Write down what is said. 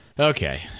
Okay